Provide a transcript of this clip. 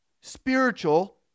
spiritual